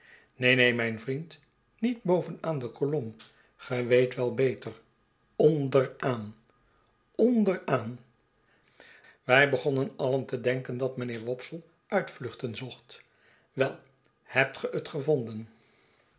neen neen mijn vriend niet boven aan de kolom ge weet wel beter onderaan onderaan wij begonnen alien te denken dat mijnheer wopsle uitvluchtenzocht wel hebt ge het gevonden